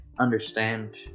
understand